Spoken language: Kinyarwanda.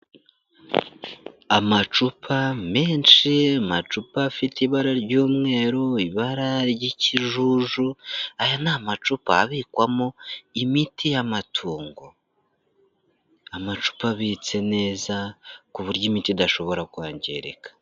Amacupa menshi, amacupa afite ibara ry'umweru, ibara ry'ikijuju, aya ni amacupa abikwamo imiti y'amatungo, amacupa abitse neza ku buryo imiti idashobora kwangirika.